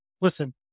listen